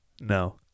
no